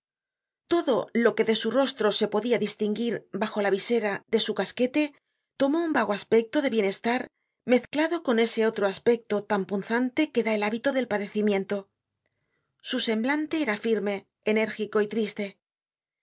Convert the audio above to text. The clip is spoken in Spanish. todo lo que de su rostro se podia distinguir bajola visera de su casquete tomó un vago aspecto de bienestar mezclado con ese otro aspecto tan punzante que dá el hábito del padecimiento su semblante era firme enérgico y triste era